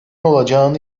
olacağını